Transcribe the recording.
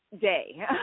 day